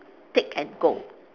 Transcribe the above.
take and go